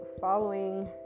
following